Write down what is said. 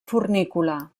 fornícula